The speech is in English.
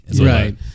right